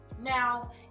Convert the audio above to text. Now